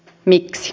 miksi